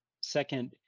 Second